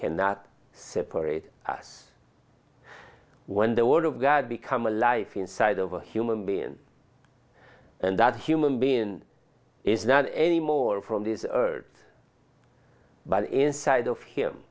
cannot separate us when the word of god become a life inside of a human being and that human been is not anymore from this earth but inside of him